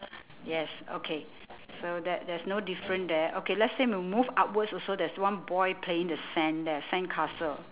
yes okay so that there's no difference there okay let's say we move upwards also there's one boy playing the sand there sandcastle